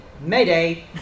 mayday